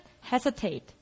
hesitate